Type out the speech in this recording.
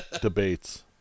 debates